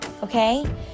Okay